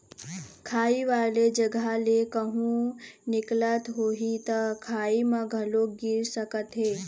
खाई वाले जघा ले कहूँ निकलत होही त खाई म घलोक गिर सकत हे